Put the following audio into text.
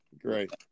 great